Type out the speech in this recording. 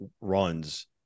runs